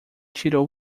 tirou